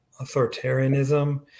authoritarianism